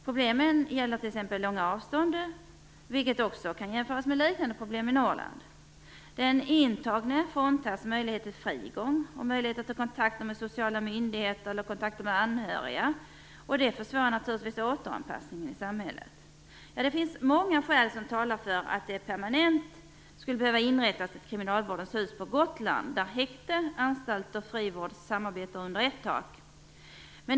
Problemen gäller långa avstånd, vilket också kan jämföras med liknande problem i Norrland. Den intagne fråntas möjligheten till frigång och möjligheterna till kontakter med sociala myndigheter och kontakter med anhöriga, vilket försvårar återanpassningen i samhället. Det finns många skäl som talar för att det permanent skulle behöva inrättas ett kriminalvårdens hus på Gotland där häkte, anstalt och frivård samarbetar under ett tak.